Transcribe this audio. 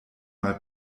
mal